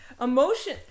emotion